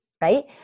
right